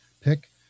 pick